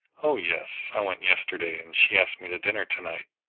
oh yes, i went yesterday, and she asked me to dinner to-night.